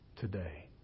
today